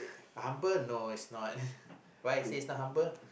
humble no it's not why I say it's not humble